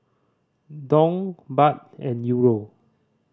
Dong Baht and Euro